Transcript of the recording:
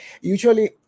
usually